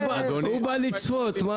הוא בא לצפות ולשמוע